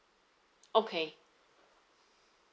okay